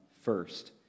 first